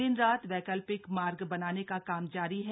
दिन रात वैकल्पिक मार्ग बनाने का काम जारी है